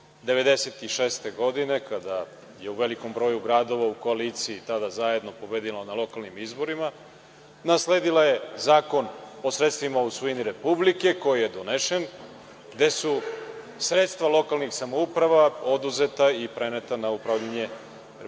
1996. godine kada je u velikom broju gradova u koaliciji tada zajedno pobedila na lokalnim izborima. Nasledila je Zakon o sredstvima u svojini Republike, koji je donesen, gde su sredstva lokalnih samouprava oduzeta i preneta na upravljanje Republici